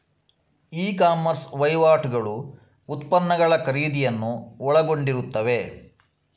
E commerce ವಹಿವಾಟುಗಳು ಉತ್ಪನ್ನಗಳ ಖರೀದಿಯನ್ನು ಒಳಗೊಂಡಿರುತ್ತವೆ